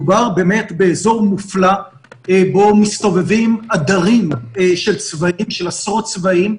מדובר באמת באזור מופלא בו מסתובבים עדרים של עשרות צבאים,